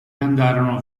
andarono